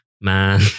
man